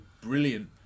Brilliant